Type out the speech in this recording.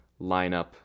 lineup